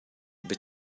bia